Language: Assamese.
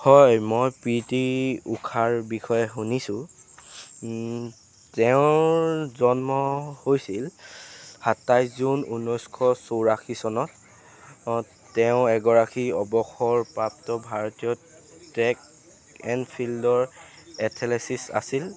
হয় মই পি টি ঊষাৰ বিষয়ে শুনিছোঁ তেওঁৰ জন্ম হৈছিল সাতাইছ জুন ঊনৈছশ চৌৰাশী চনত তেওঁ এগৰাকী অৱসৰপ্ৰাপ্ত ভাৰতীয় ট্ৰেক এন ফিল্ডৰ এথলেচিছ আছিল